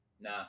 Nah